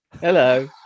Hello